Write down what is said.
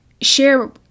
share